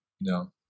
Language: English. No